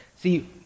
See